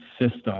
system